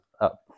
up